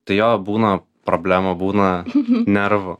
tai jo būna problemų būna nervų